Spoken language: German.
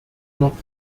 noch